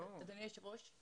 אדוני היושב ראש,